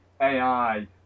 AI